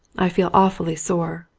i felt aw fully sore,